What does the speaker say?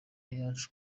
yacu